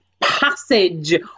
passage